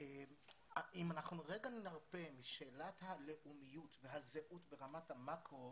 אם אנחנו רגע נרפה משאלת הלאומיות והזהות ברמת המקרו